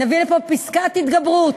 נביא לפה פסקת התגברות.